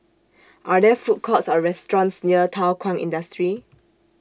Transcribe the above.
Are There Food Courts Or restaurants near Thow Kwang Industry